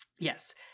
yes